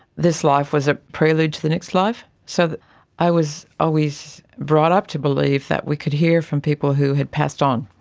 this life was a prelude to the next life. so i was always brought up to believe that we could hear from people who had passed on.